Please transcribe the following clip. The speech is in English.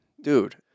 Dude